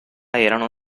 erano